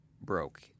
broke